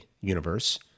universe